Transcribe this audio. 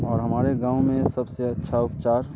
और हमारे गाँव में सबसे अच्छा उपचार